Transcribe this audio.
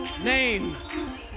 Name